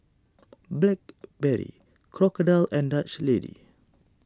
Blackberry Crocodile and Dutch Lady